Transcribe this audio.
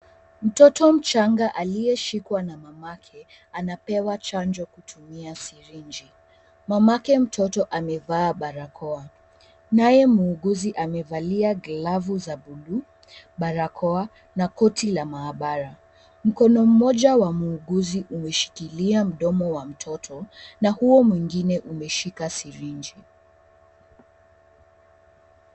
Mtoto mchanga aliyeshikwa na mamake anapewa chanjo kutumia syringe . Mamake mtoto amevaa barakoa, naye muuguzi amevalia glavu za buluu, barokoa na koti la maabara. Mkono mmoja wa muuguzi umeshikilia mdomo wa mtoto na huo mwingine umeshika syringe .